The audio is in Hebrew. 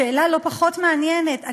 שאלה לא פחות מעניינת,